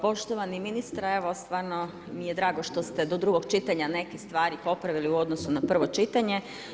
Poštovani ministre, evo stvarno mi je drago što ste do drugog čitanja neke stvari popravili u odnosu na prvo čitanje.